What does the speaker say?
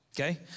Okay